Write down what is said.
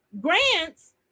grants